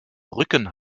rücken